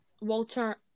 Walter